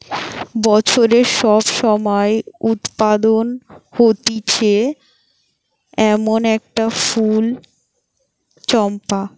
বছরের সব সময় উৎপাদন হতিছে এমন একটা ফুল চম্পা